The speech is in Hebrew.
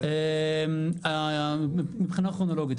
מבחינה כרונולוגית,